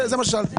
זה מה ששאלתי.